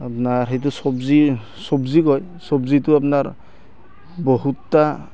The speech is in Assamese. আপোনাৰ সেইটো চব্জি চব্জি কয় চব্জিটো আপোনাৰ বহুতটা